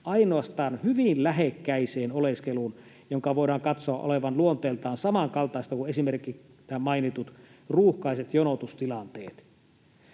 ainoastaan hyvin lähekkäiseen oleskeluun, jonka voidaan katsoa olevan luonteeltaan samankaltaista kuin esimerkiksi nämä mainitut ruuhkaiset jonotustilanteet.”